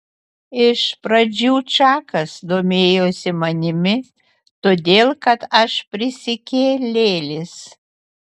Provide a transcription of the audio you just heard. iš pradžių čakas domėjosi manimi todėl kad aš prisikėlėlis